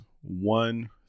one